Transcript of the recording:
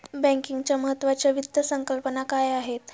बँकिंगच्या महत्त्वाच्या वित्त संकल्पना काय आहेत?